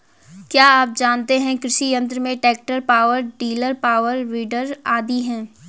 क्या आप जानते है कृषि यंत्र में tractor, power tiller, power weeder आदि है?